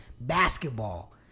basketball